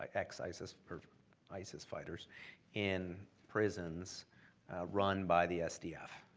like ex-isis or isis fighters in prisons run by the sdf,